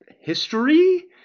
history